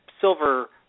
silver